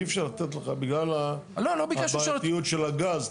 אי אפשר לתת לך בגלל הבעייתיות של הגז.